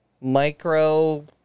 micro